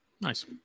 Nice